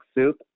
soup